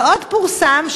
ועוד פורסם,